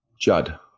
Judd